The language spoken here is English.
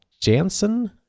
Jansen